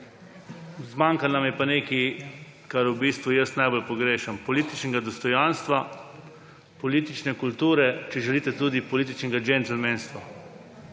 Zmanjkalo nam je pa nekaj kar v bistvu jaz najbolj pogrešam. Političnega dostojanstva, politične kulture, če želite tudi političnega gentlemanstva.